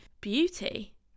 beauty